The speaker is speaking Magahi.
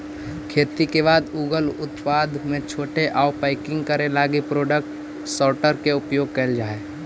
खेती के बाद उगल उत्पाद के छाँटे आउ पैकिंग करे लगी प्रोडक्ट सॉर्टर के उपयोग कैल जा हई